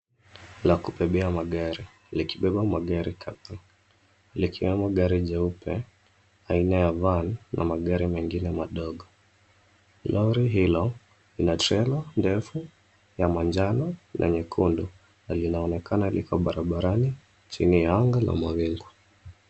Lakubebea magari lakibeba magari kadhaa likiwemo gari jeupe aina ya cs[van]cs na magari mengine madogo. Lori hilo ina trela ndefu ya manjano na nyekundu, na linaonekana liko barabarani chini ya anga la mawingu.